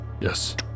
Yes